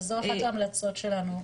אז זו אחת ההמלצות שלנו,